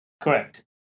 Correct